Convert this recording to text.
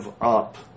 up